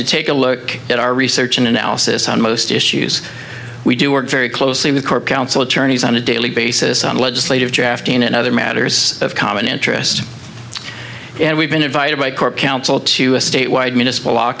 to take a look at our research and analysis on most issues we do work very closely with core council attorneys on a daily basis on legislative drafting and other matters of common interest and we've been invited by core counsel to a statewide municipal l